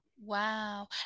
Wow